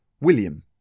William